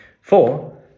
Four